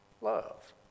Love